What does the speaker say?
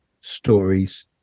stories